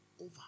Over